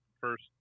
first